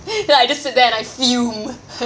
and I just sit there and I fume